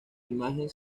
imagen